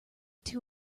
two